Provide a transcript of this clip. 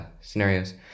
scenarios